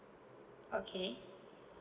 okay